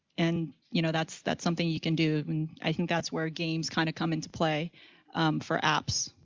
and you know, that's that's something you can do. i think that's where games kind of come into play for apps,